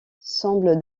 semble